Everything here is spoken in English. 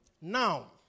now